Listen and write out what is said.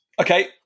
okay